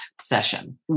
session